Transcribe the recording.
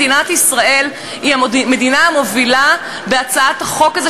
מדינת ישראל היא המדינה המובילה בחוק הזה,